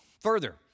Further